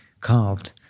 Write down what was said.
carved